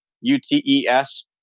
U-T-E-S